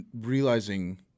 realizing